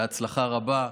בהצלחה רבה.